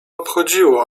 obchodziło